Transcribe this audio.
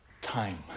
time